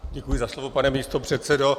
Děkuji za slovo, pane místopředsedo.